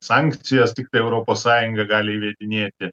sankcijos tiktai europos sąjunga gali įvedinėti